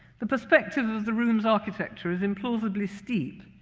the perspective of the room's architecture is implausibly steep,